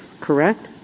correct